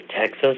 Texas